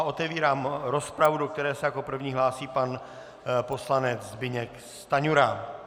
Otevírám rozpravu, do které se jako první hlásí pan poslanec Zbyněk Stanjura.